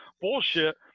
bullshit